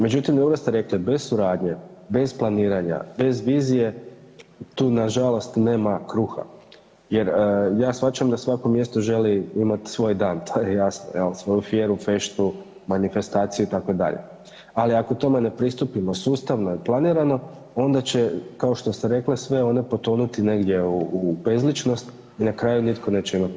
Međutim, dobro ste rekli bez suradnje, bez planiranja, bez vizije, tu nažalost nema kruha jer ja shvaćam da svako mjesto želi imat svoj dan, to je jasno, evo svoju Fieru Feštu, manifestaciju itd., ali ako tome ne pristupimo sustavno i planirano onda će, kao što ste rekle, sve one potonuti negdje u bezličnost i na kraju nitko neće imat